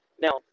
now